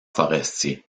forestiers